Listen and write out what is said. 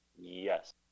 Yes